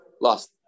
Lost